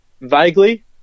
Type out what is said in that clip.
Vaguely